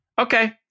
Okay